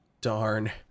darn